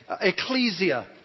ecclesia